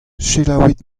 selaouit